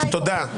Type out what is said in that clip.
תודה.